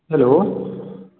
hello